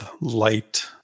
light